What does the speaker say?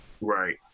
right